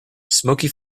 smoky